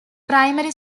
primary